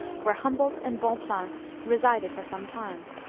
where humboldt and bonpland resided for some time.